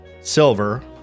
silver